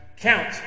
count